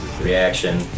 Reaction